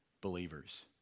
believers